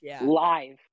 live